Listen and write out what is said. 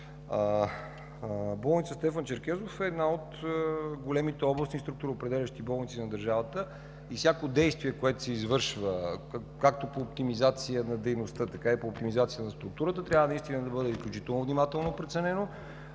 Болница „Стефан Черкезов” е една от големите областни и структуроопределящи болници на държавата и всяко действие, което се извършва както по оптимизация на дейността, така и по оптимизация на структурата, трябва наистина да бъде изключително внимателно преценено